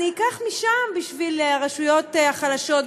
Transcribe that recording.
אני אקח משם בשביל הרשויות החלשות,